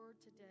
today